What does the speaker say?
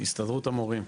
הסתדרות המורים,